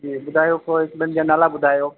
जी ॿुधायो कोई ॿिनि जा नाला ॿुधायो